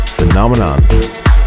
Phenomenon